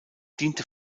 diente